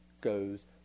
goes